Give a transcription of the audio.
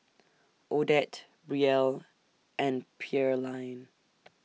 Odette Brielle and Pearline